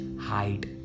height